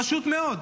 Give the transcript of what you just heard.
פשוט מאוד.